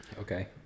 Okay